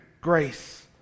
grace